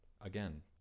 Again